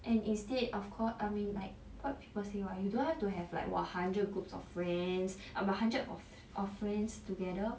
and instead of course I mean like what people say what you don't want to have like !wah! one hundred group of friends about hundred of friends together